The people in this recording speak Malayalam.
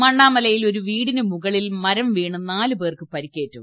മണ്ണാമലയിൽ ഒരു വീടിന് മുകളിൽ മരം വീണ് നാല് പേർക്ക് പരിക്കേറ്റു